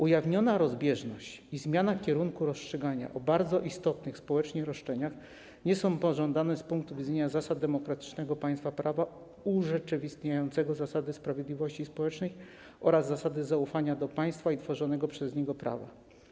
Ujawniona rozbieżność i zmiana kierunku rozstrzygania o bardzo istotnych społecznie roszczeniach nie są pożądane z punktu widzenia zasad demokratycznego państwa prawa urzeczywistniającego zasady sprawiedliwości społecznej oraz zasady zaufania do państwa i tworzonego przez niego prawa.